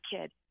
kid